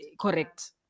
correct